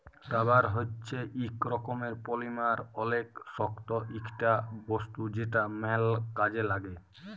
rubber হচ্যে ইক রকমের পলিমার অলেক শক্ত ইকটা বস্তু যেটা ম্যাল কাজে লাগ্যে